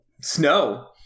Snow